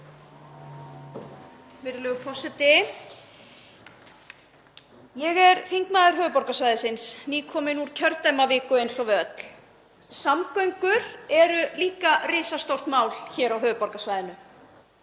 Virðulegur forseti. Ég er þingmaður höfuðborgarsvæðisins, nýkomin úr kjördæmaviku eins og við öll. Samgöngur eru líka risastórt mál hér á höfuðborgarsvæðinu.